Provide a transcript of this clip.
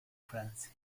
francia